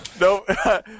No